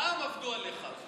רע"מ עבדו עליך.